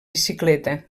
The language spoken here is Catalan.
bicicleta